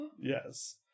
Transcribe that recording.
Yes